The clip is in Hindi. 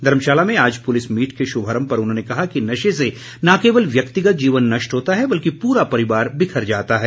धर्मशाला में आज पुलिस मीट के शुभारम्भ पर उन्होंने कहा कि नशे से न केवल व्यक्तिगत जीवन नष्ट होता है बल्कि पूरा परिवार बिखर जाता है